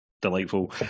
delightful